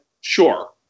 Sure